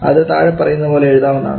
അത് താഴെ പറയുന്നതുപോലെ എഴുതാവുന്നതാണ്